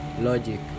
logic